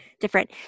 Different